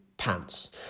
pants